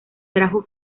trajo